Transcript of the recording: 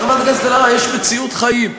חברת הכנסת אלהרר, יש מציאות חיים.